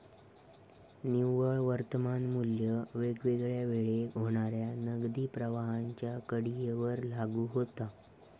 निव्वळ वर्तमान मू्ल्य वेगवेगळ्या वेळेक होणाऱ्या नगदी प्रवाहांच्या कडीयेवर लागू होता